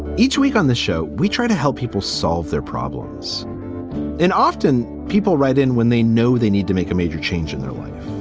each week on this show, we try to help people solve their problems and often people write in when they know they need to make a major change in their life,